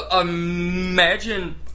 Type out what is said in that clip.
imagine